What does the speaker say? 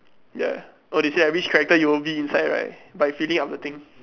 ya orh they say right which character you will be inside right by filling up the thing